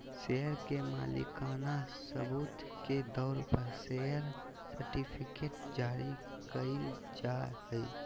share के मालिकाना सबूत के तौर पर शेयर सर्टिफिकेट्स जारी कइल जाय हइ